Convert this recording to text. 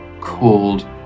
called